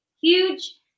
huge